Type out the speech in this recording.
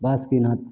Basukinath